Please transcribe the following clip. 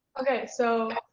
okay so,